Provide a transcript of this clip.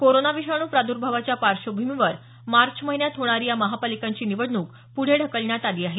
corona विषाणू प्रादुर्भावाच्या पार्श्वभूमीवर मार्च महिन्यात होणारी या महापालिकांची निवडणूक पुढे ढकलण्यात आली आहे